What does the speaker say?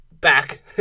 back